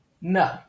No